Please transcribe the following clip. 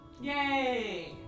Yay